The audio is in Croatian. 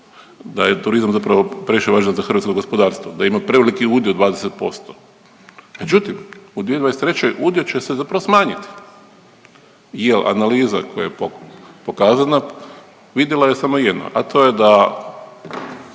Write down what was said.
da je turizam zapravo previše važan za hrvatsko gospodarstvo, da ima preveliki udio 20%, međutim u 2023. udjel će se zapravo smanjiti jel analiza koja je pokazana vidjela je samo jedno, a to je da